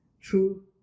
true